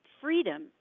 freedom